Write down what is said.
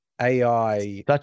AI